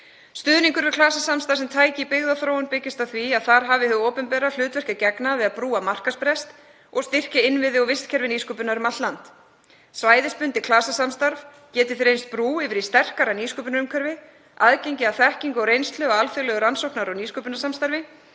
Stuðningur við klasasamstarf sem tæki í byggðaþróun byggist á því að þar hafi hið opinbera hlutverki að gegna við að brúa markaðsbrest og styrkja innviði og vistkerfi nýsköpunar um allt land. Svæðisbundið klasasamstarf geti reynst brú yfir í sterkara nýsköpunarumhverfi, aðgengi að þekkingu og reynslu af alþjóðlegu rannsókna- og nýsköpunarsamstarfi